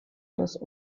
das